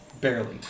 Barely